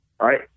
right